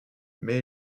mais